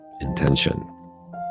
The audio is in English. intention